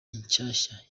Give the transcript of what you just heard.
inshyashya